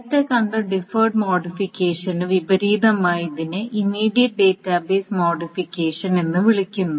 നേരത്തേ കണ്ട ഡിഫർഡ് മോഡിഫിക്കേഷനു വിപരീതമായി ഇതിനെ ഇമ്മീഡിയറ്റ് ഡാറ്റാബേസ് മോഡിഫിക്കേഷൻ എന്ന് വിളിക്കുന്നു